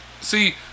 see